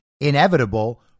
inevitable